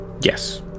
Yes